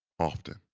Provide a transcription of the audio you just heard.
often